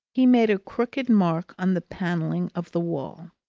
he made a crooked mark on the panelling of the wall.